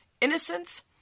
innocence